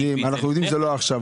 אנחנו יודעים שזה לא מעכשיו.